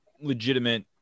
legitimate